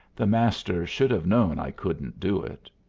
the master should have known i couldn't do it.